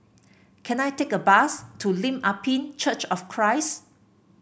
can I take a bus to Lim Ah Pin Church of Christ